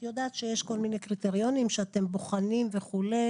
את יודעת שיש כל מיני קריטריונים שאתם בוחנים וכו'.